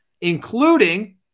including